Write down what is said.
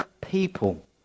people